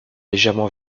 légèrement